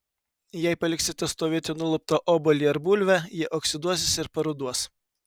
jei paliksite stovėti nuluptą obuolį ar bulvę jie oksiduosis ir paruduos